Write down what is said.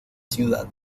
ciudad